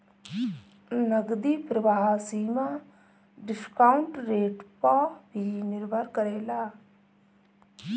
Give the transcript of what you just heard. नगदी प्रवाह सीमा डिस्काउंट रेट पअ भी निर्भर करेला